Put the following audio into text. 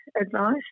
advice